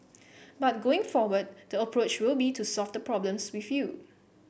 but going forward the approach will be to solve the problems with you